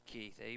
Keith